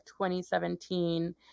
2017